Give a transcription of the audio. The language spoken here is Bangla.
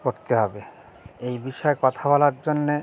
করতে হবে এই বিষয়ে কথা বলার জন্যে